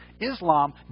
Islam